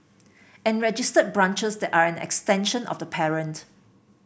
and registered branches that are an extension of the parent